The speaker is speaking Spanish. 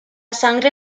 sangre